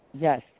yes